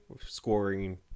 scoring